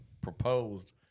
proposed